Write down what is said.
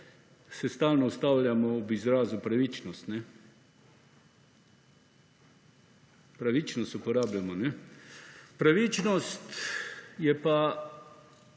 se stalno ustavljamo ob izrazu pravičnost. Pravičnost uporabljamo. Pravičnost je pa